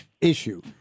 issue